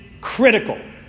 critical